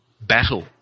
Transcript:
battle